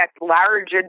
large